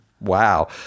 wow